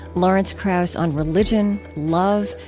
lawrence krauss on religion, love,